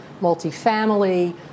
multifamily